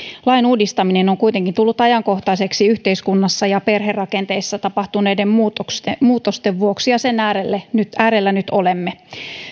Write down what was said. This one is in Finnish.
lain uudistaminen on kuitenkin tullut ajankohtaiseksi yhteiskunnassa ja perherakenteissa tapahtuneiden muutosten vuoksi ja sen äärellä nyt olemme